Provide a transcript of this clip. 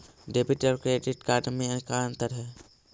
Debit और credit card में का अंतर है?